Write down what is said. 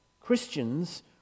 Christians